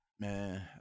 Man